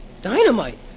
Dynamite